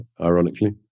Ironically